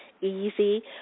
Easy